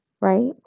right